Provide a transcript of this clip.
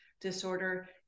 disorder